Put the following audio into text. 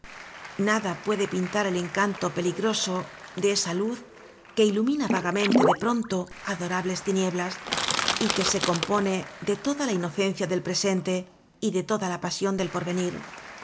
nada puede pintar el encanto peligroso de esa luz que ilumina vagamente de pronto adorables tinieblas y que se compone de toda la inocencia del presente y de toda la pasion del porvenir